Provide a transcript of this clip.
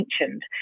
mentioned